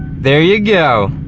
there you go.